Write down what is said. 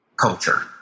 culture